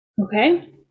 okay